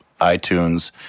iTunes